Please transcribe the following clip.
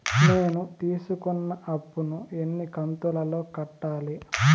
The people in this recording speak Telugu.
నేను తీసుకున్న అప్పు ను ఎన్ని కంతులలో కట్టాలి?